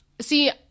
see